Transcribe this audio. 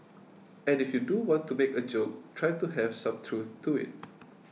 and if you do want to make a joke try to have some truth to it